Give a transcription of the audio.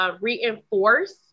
reinforce